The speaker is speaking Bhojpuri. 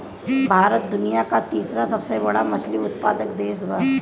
भारत दुनिया का तीसरा सबसे बड़ा मछली उत्पादक देश बा